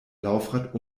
laufrad